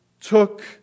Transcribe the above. took